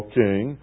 king